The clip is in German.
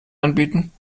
anbieten